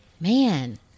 man